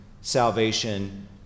salvation